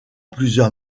plusieurs